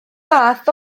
math